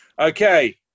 Okay